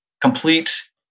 complete